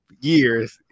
years